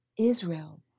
Israel